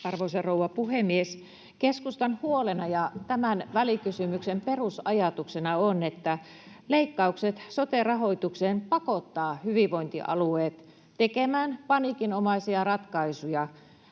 Arvoisa rouva puhemies! Keskustan huolena ja tämän välikysymyksen perusajatuksena on, että leikkaukset sote-rahoitukseen pakottavat hyvinvointialueet tekemään paniikinomaisia ratkaisuja